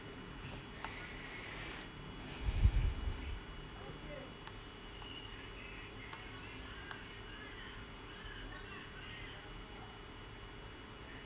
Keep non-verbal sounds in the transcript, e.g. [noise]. [breath]